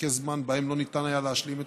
פרקי זמן שבהם לא ניתן היה להשלים את